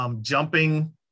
jumping